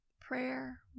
Prayer